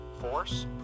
force